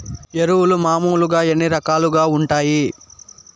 ఎరువులు మామూలుగా ఎన్ని రకాలుగా వుంటాయి?